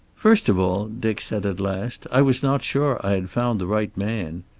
first of all, dick said, at last, i was not sure i had found the right man.